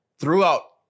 throughout